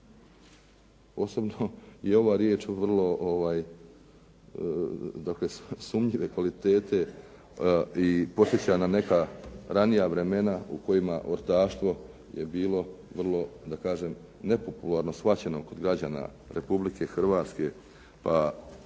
Osobno je ova riječ vrlo sumnjive kvalitete i podsjeća na neka ranija vremena u kojima ortaštvo je bilo vrlo, da kažem nepopularno shvaćeno kod građana Republike Hrvatske, pa ako